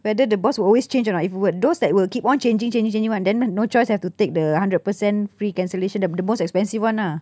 whether the boss will always change or not if were those that will keep on changing changing [one] then no choice have to take the hundred percent free cancellation the the most expensive one ah